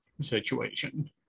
situation